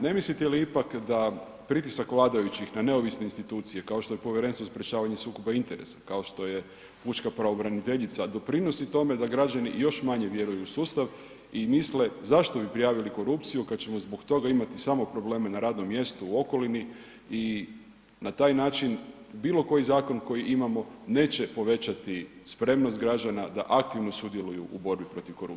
Ne mislite li ipak da pritisak vladajućih na neovisne institucije kao što je Povjerenstvo za sprečavanje sukoba interesa, kao što je pučka pravobraniteljica doprinosi tome da građani još manje vjeruju u sustav i misle zašto bi prijavili korupciju kada ćemo zbog toga imati samo problema na radnom mjestu u okolini i na taj način bilo koji zakon koji imamo neće povećati spremnost građana da aktivno sudjeluju u borbi protiv korupcije?